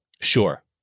Sure